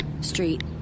Street